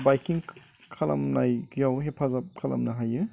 बायकिं खालामनायाव हेफाजाब खालामनो हायो